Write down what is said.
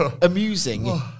amusing